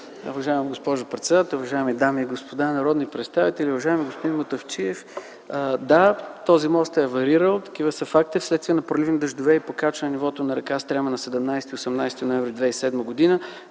Уважаема госпожо председател, уважаеми дами и господа народни представители! Уважаеми господин Мутафчиев, да, този мост е аварирал, такива са фактите. Вследствие на проливни дъждове и покачване нивото на р. Стряма на 17 и 18 ноември 2007 г.